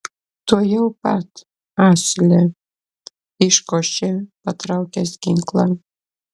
tuojau pat asile iškošė patraukęs ginklą